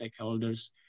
stakeholders